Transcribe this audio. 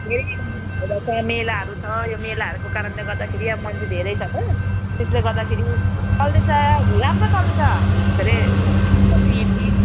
भइरहेको छ मेलाहरू छ यो मेलाहरूको कारणले गर्दाखेरि अब मन्छे धेरै छ त त्यसले गर्दाखेरि चल्दैछ राम्रो चल्दैछ के अरे फि फि